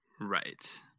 right